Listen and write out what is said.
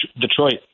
Detroit